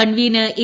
convener A